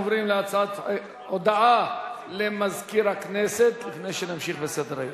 הודעה למזכיר הכנסת לפני שנמשיך בסדר-היום.